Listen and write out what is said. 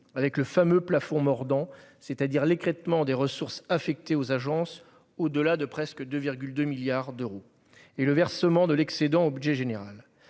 avec le fameux plafond mordant, c'est-à-dire l'écrêtement des ressources affectées aux agences au-delà de 2,2 millions d'euros et le versement de l'excédent au budget général.